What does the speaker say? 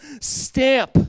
stamp